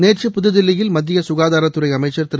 நேற்று புதுதில்லியில் மத்திய சுகாதாரத்துறை அமைச்சர் திரு